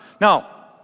Now